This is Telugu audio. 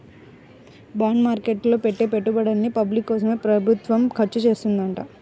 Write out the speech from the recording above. బాండ్ మార్కెట్ లో పెట్టే పెట్టుబడుల్ని పబ్లిక్ కోసమే ప్రభుత్వం ఖర్చుచేత్తదంట